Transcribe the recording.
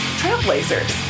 trailblazers